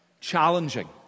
challenging